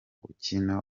ukina